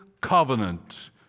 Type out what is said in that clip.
covenant